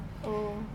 oh